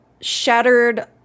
shattered